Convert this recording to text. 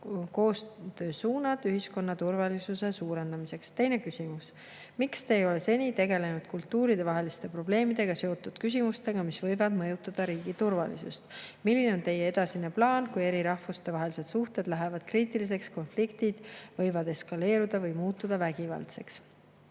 koostöö suunad ühiskonna turvalisuse suurendamiseks. Teine küsimus: "Miks te ei ole seni tegelenud kultuuridevaheliste probleemidega seotud küsimustega, mis võivad mõjutada riigi turvalisust? Milline on teie edasine plaan, kui eri rahvuste vahelised suhted lähevad kriitiliseks, konfliktid võivad eskaleeruda või muutuda vägivaldseks?"